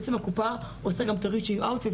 בעצם הקופה עושה את הריצ'ינג אאוט.